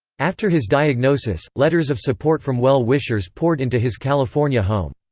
after his diagnosis, letters of support from well-wishers poured into his california home.